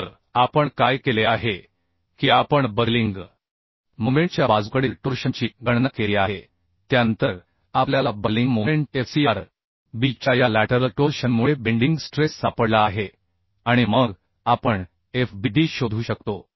तर आपण काय केले आहे की आपण बकलिंग मोमेंटच्या बाजूकडील टोर्शनची गणना केली आहे त्यानंतर आपल्याला buckling moment f c r b च्या या लॅटरल टोर्शनमुळे बेंडिंग स्ट्रेस सापडला आहे आणि मग आपण f b d शोधू शकतो